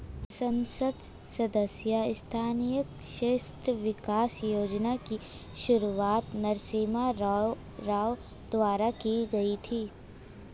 संसद सदस्य स्थानीय क्षेत्र विकास योजना की शुरुआत नरसिंह राव द्वारा की गई थी